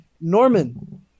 norman